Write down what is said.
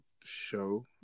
show